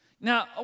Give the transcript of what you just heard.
Now